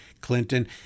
Clinton